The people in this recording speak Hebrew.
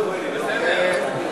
זה בסדר.